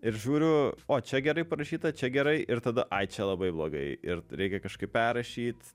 ir žiūriu o čia gerai parašyta čia gerai ir tada ai čia labai blogai ir reikia kažkaip perrašyt